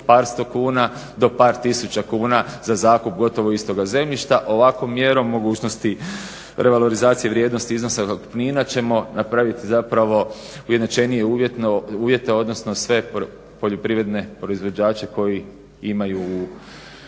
od par sto kuna do par tisuća kuna za zakup gotovo istoga zemljišta. Ovakvom mjerom mogućnosti revalorizacije vrijednosti iznosa zakupnina ćemo napraviti zapravo ujednačenije uvjete, odnosno sve poljoprivredne proizvođače koji imaju